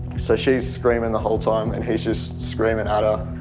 so she's screaming the whole time and he's just screaming ah but